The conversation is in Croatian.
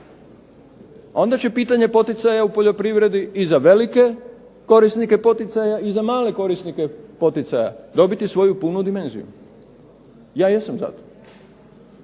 onda će pitanje poticaja u poljoprivredi i za velike korisnike poticaja i za male korisnike poticaja dobiti svoju punu dimenziju. Ja jesam za to.